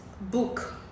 book